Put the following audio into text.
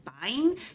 buying